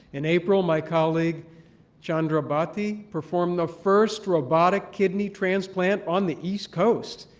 in april, my colleague chandra bhati performed the first robotic kidney transplant on the east coast.